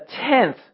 tenth